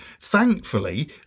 thankfully